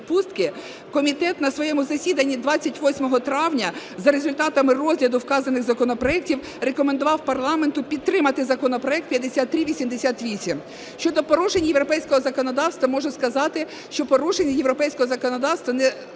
комітет на своєму засіданні 28 травня за результатами розгляду вказаних законопроектів рекомендував парламенту підтримати законопроект 5388. Щодо порушень європейського законодавства можу сказати, що порушення європейського законодавства не бачить